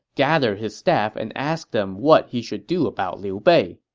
gathered his staff and asked them what he should do about liu bei.